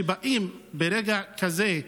כשבאים ברגע כזה,